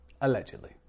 allegedly